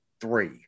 three